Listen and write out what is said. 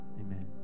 amen